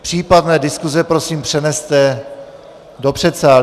Případné diskuse prosím přeneste do předsálí.